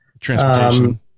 transportation